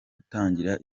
gutangira